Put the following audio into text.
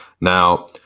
Now